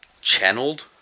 channeled